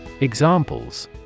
Examples